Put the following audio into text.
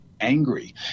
angry